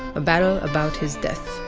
a battle about his death.